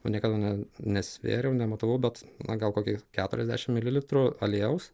nu niekada ne nesvėriau nematavau bet na gal kokį keturiasdešim mililitrų aliejaus